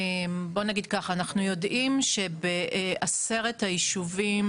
בוא נגיד ככה: אנחנו יודעים שבעשרת היישובים